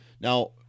Now